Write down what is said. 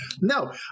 No